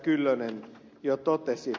kyllönen jo totesi